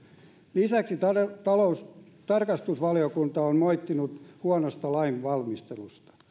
lisäksi tarkastusvaliokunta on moittinut huonosta lainvalmistelusta